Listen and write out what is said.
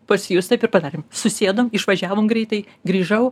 pas jus taip ir padarėm susėdom išvažiavom greitai grįžau